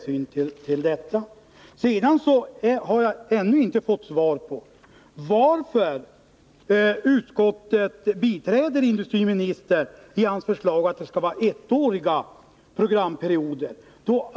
Sedan har jag ännu inte fått svar på frågan varför man biträder industriministerns förslag att det skall vara ettåriga programperioder.